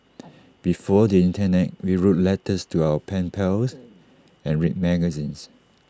before the Internet we wrote letters to our pen pals and read magazines